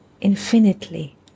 infinitely